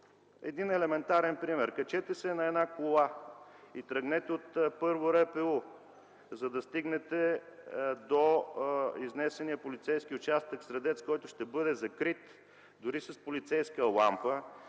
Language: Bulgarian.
един елементарен пример – качете се на една кола и тръгнете от Първо РПУ, за да стигнете до изнесения полицейски участък „Средец”, който ще бъде закрит. Дори с полицейска лампа,